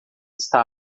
está